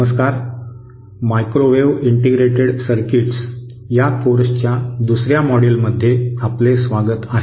नमस्कार microwave integrated circuits या कोर्सच्या दुसर्या मॉड्यूलमध्ये आपले स्वागत आहे